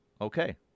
okay